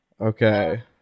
Okay